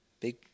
Big